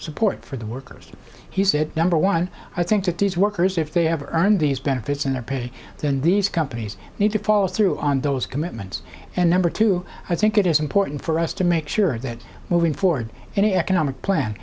support for the workers he said number one i think that these workers if they ever earned these benefits in their pay then these companies need to follow through on those commitments and number two i think it is important for us to make sure that moving forward any economic plan